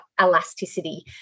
elasticity